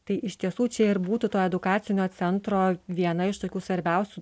tai iš tiesų čia ir būtų to edukacinio centro viena iš tokių svarbiausių